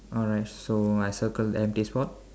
alright so I circle the empty spot